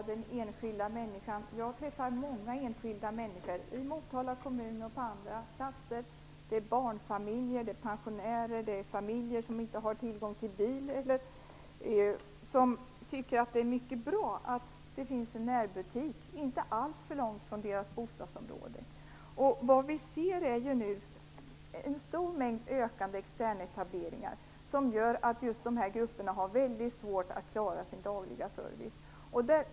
Fru talman! Jag träffar många enskilda människor, i Motala kommun och på andra platser - barnfamiljer, pensionärer och familjer som inte har tillgång till bil och som tycker att det är mycket bra att det finns en närbutik inte alltför långt från deras bostadsområde. Vi ser nu en stor och ökande mängd av externetableringar, som gör att just dessa grupper har mycket svårt att klara sin dagliga service.